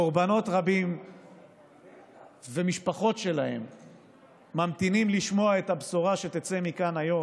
קורבנות רבים ומשפחות שלהם ממתינים לשמוע את הבשורה שתצא מכאן היום,